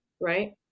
Right